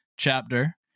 Chapter